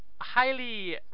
highly